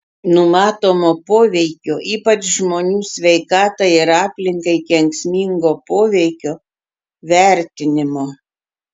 numatomo poveikio ypač žmonių sveikatai ir aplinkai kenksmingo poveikio vertinimo